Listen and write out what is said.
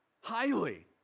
highly